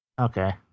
okay